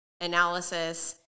analysis